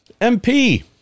MP